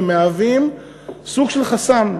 ומהווים סוג של חסם.